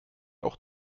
auch